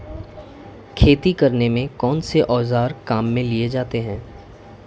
खेती करने में कौनसे औज़ार काम में लिए जाते हैं?